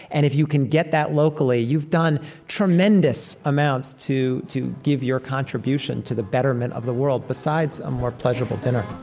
and if you can get that locally, you've done tremendous amounts to to give your contribution to the betterment of the world, besides a more pleasurable dinner